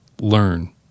learn